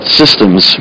systems